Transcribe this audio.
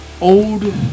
old